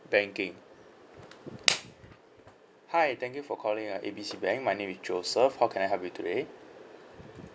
banking hi thank you for calling uh A B C bank my name is joseph how can I help you today